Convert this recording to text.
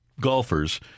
golfers